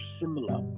similar